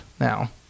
now